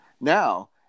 now